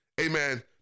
Amen